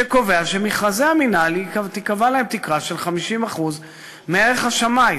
שקובע שלמכרזי המינהל תיקבע תקרה של 50% מערך השמאי.